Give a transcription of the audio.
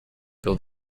build